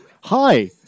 Hi